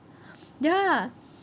ya